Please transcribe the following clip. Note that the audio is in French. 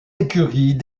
écuries